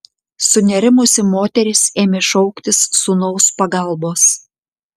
sunerimusi moteris ėmė šauktis sūnaus pagalbos